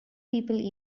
people